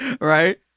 Right